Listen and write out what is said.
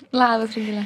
labas rugile